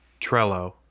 Trello